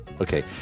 Okay